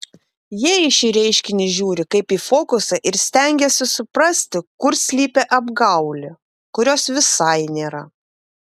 jie į šį reiškinį žiūri kaip į fokusą ir stengiasi suprasti kur slypi apgaulė kurios visai nėra